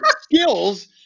skills